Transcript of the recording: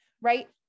right